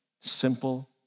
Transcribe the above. Simple